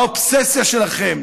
האובססיה שלכם